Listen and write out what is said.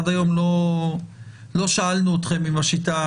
עד היום לא שאלנו אתכם אם השיטה